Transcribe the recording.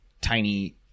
tiny